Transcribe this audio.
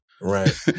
Right